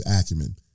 acumen